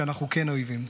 שאנחנו כן אויבים.